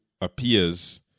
appears